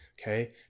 Okay